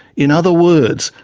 in other words,